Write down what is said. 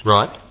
Right